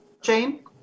Jane